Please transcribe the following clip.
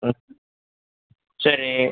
ம் சரி